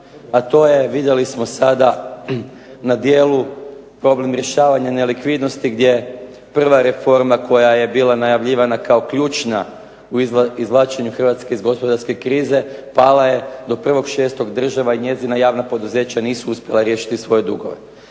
a to je vidjeli smo sada na djelu problem rješavanja nelikvidnosti gdje prva reforma koja je bila najavljivana kao ključna u izvlačenju Hrvatske iz gospodarske krize pala je. Do 1.6. država i njezina javna poduzeća nisu uspjela riješiti svoje dugove.